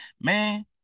man